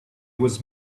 was